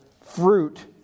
fruit